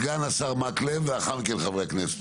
סגן השר מקלב ולאחר מכן חברי הכנסת.